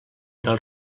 del